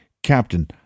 Captain